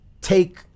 take